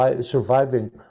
surviving